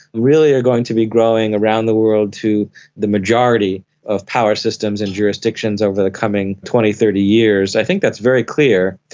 really are going to be growing around the world to the majority of power systems and jurisdictions over the coming twenty, thirty years. i think that's very clear.